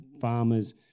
farmers